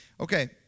Okay